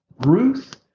Ruth